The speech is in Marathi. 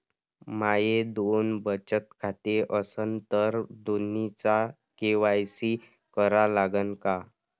माये दोन बचत खाते असन तर दोन्हीचा के.वाय.सी करा लागन का?